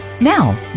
Now